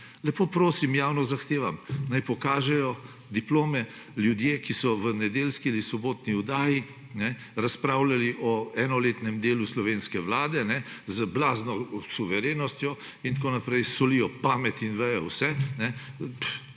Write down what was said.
Lepo prosim, javno zahtevam, naj pokažejo diplome ljudje, ki so v nedeljski ali sobotni oddaji razpravljali o enoletnem delu slovenske vlade z blazno suverenostjo. Solijo pamet in vedo vse,